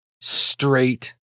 straight